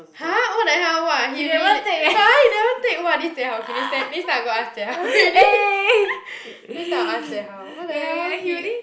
!huh! what the hell !wah! he win eh !huh! he never take !wah! this Jie-Hao K next time next time I go ask Jie-Hao already next time I will ask Jie-Hao what the hell he